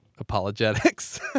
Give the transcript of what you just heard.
apologetics